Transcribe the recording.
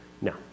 No